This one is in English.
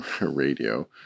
radio